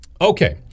Okay